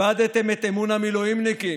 איבדתם את אמון המילואימניקים.